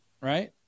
Right